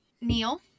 Neil